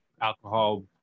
alcohol